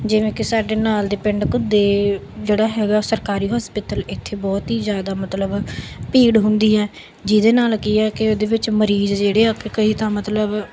ਜਿਵੇਂ ਕਿ ਸਾਡੇ ਨਾਲ ਦੇ ਪਿੰਡ ਘੁੱਦੇ ਜਿਹੜਾ ਹੈਗਾ ਸਰਕਾਰੀ ਹੋਸਪੀਟਲ ਇੱਥੇ ਬਹੁਤ ਹੀ ਜ਼ਿਆਦਾ ਮਤਲਬ ਭੀੜ ਹੁੰਦੀ ਹੈ ਜਿਹਦੇ ਨਾਲ ਕੀ ਹੈ ਕਿ ਇਹਦੇ ਵਿੱਚ ਮਰੀਜ਼ ਜਿਹੜੇ ਆ ਕੇ ਕਈ ਤਾਂ ਮਤਲਬ